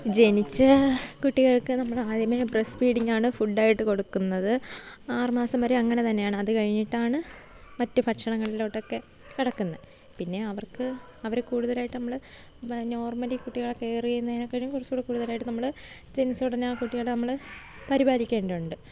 ജനിച്ച കുട്ടികൾക്ക് നമ്മൾ ആദ്യമേ ബ്രസ്റ്റ് ഫീഡിങ്ങ് ആണ് ഫുഡ് ആയിട്ട് കൊടുക്കുന്നത് ആറുമാസം വരെ അങ്ങനെ തന്നെയാണ് അത് കഴിഞ്ഞിട്ടാണ് മറ്റ് ഭക്ഷണങ്ങളിലോട്ടൊക്കെ കടക്കുന്നത് പിന്നെ അവർക്ക് അവരെ കൂടുതലായിട്ട് നമ്മൾ നോർമലി കുട്ടികളെ കെയർ ചെയ്യുന്നതിനേക്കാളും കുറച്ചുകൂടെ കൂടുതലായിട്ട് നമ്മൾ ജനിച്ച ഉടനെ ആ കുട്ടികളെ നമ്മൾ പരിപാലിക്കേണ്ടതുണ്ട്